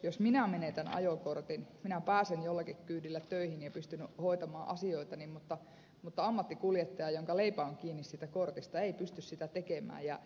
jos minä menetän ajokortin minä pääsen jollakin kyydillä töihin ja pystyn hoitamaan asioitani mutta ammattikuljettaja jonka leipä on kiinni siitä kortista ei pysty sitä tekemään